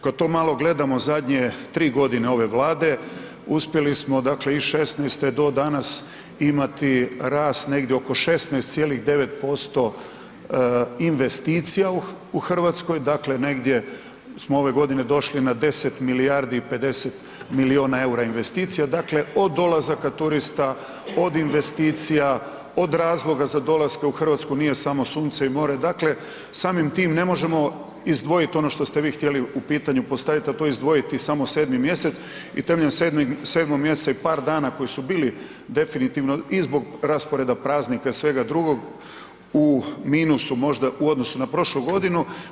Kad to malo gledamo zadnje 3 godine ove Vlade, uspjeli smo dakle i 16. do danas imati rast negdje oko 16,9% investicija u Hrvatskoj dakle negdje smo ove godine došli na 10 milijardi i 50 milijuna eura investicija, dakle od dolazaka turista, od investicija, od razloga za dolaska u Hrvatsku, nije samo sunce i more, dakle samim time ne možemo izdvojiti ono što ste vi htjeli u pitanju postaviti, a to je izdvojiti samo 7. mj. i temeljem 7. mjeseca i par dana koji su bili definitivno i zbog rasporeda praznika i svega drugog u minusu možda u odnosu na prošlu godinu.